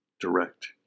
direct